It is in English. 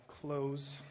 close